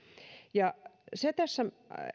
se tässä